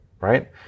right